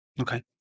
Okay